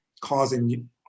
causing